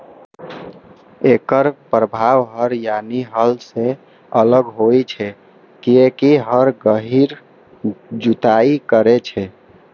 एकर प्रभाव हर यानी हल सं अलग होइ छै, कियैकि हर गहींर जुताइ करै छै